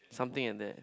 something in there